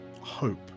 hope